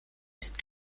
ist